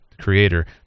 creator